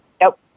Nope